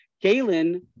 Galen